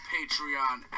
Patreon